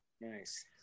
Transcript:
nice